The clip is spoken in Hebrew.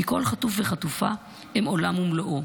כי כל חטוף וחטופה הם עולם ומלואו,